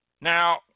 Now